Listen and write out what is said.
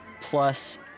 plus